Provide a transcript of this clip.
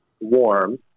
warm